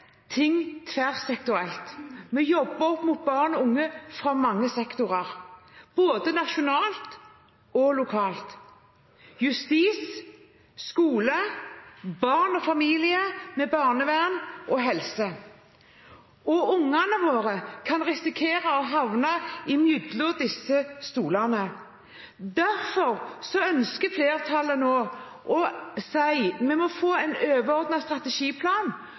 ting tverrsektorielt. Vi jobber opp mot barn og unge fra mange sektorer, både nasjonalt og lokalt: justis, skole, barnefamilier, barnevern og helse. Ungene våre kan risikere å havne mellom disse stolene. Derfor ønsker flertallet nå å si at vi må få en overordnet strategiplan